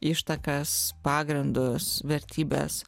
ištakas pagrindus vertybes